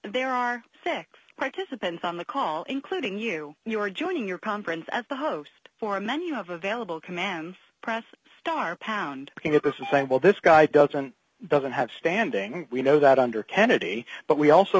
there are six participants on the call including you and your joining your conference at the host for a menu of available commands press star pound king of this and saying well this guy doesn't doesn't have standing we know that under kennedy but we also